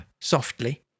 softly